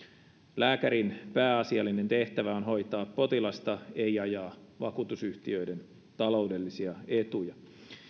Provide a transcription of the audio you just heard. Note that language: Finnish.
lääkärin pääasiallinen tehtävä on hoitaa potilasta ei ajaa vakuutusyhtiöiden taloudellisia etuja